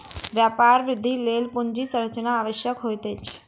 व्यापार वृद्धिक लेल पूंजी संरचना आवश्यक होइत अछि